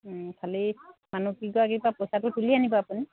খালি মানুহ কেইগৰাকীৰপৰা পইচাটো তুলি আনিব আপুনি